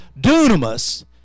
dunamis